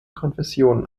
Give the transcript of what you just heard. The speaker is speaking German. konfessionen